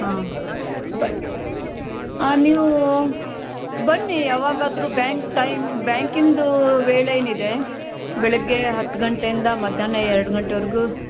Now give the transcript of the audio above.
ಹಾಂ ಬ ಆಂ ನೀವು ಬನ್ನಿ ಯಾವಾಗಾದ್ರೂ ಬ್ಯಾಂಕ್ ಟೈಮ್ ಬ್ಯಾಂಕಿಂದು ವೇಳೆ ಏನಿದೆ ಬೆಳಿಗ್ಗೆ ಹತ್ತು ಗಂಟೆಯಿಂದ ಮಧ್ಯಾಹ್ನ ಎರಡು ಗಂಟೆವರೆಗೂ